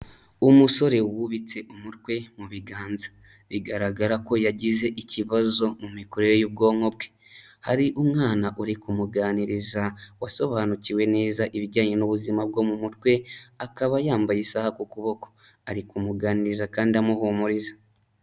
Umusore wubitse umutwe mu biganza, bigaragara ko yagize ikibazo mu mikorere y'ubwonko bwe, hari umwana uri kumuganiriza wasobanukiwe neza ibijyanye n'ubuzima bwo mu mutwe, akaba yambaye isaha ku kuboko, ari kumuganiriza kandi amuhumuriza.